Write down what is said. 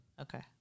Okay